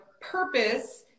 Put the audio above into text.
purpose